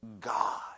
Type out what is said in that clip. God